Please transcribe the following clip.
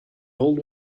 old